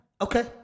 Okay